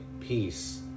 peace